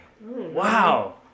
Wow